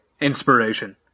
inspiration